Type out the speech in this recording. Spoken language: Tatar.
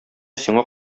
сиңа